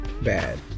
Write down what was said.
bad